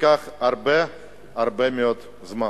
ייקח הרבה מאוד זמן.